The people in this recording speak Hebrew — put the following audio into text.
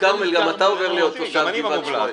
אז, כרמל, גם אתה עובר להיות תושב גבעת שמואל.